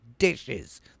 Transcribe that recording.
Dishes